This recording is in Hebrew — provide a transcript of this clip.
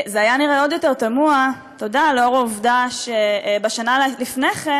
זה היה נראה עוד יותר תמוה לנוכח העובדה שבשנה שלפני כן